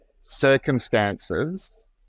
circumstances